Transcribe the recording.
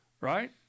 Right